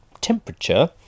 temperature